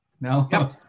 No